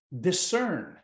discern